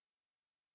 okay